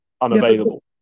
unavailable